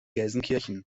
gelsenkirchen